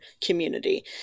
community